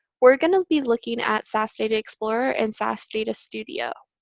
we're going to be looking at sas data explorer and sas data studio.